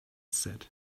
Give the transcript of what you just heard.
said